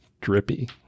Drippy